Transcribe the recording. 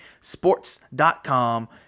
sports.com